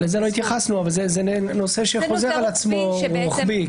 לזה לא התייחסנו אבל זה נושא שחוזר על עצמו באופן רוחבי.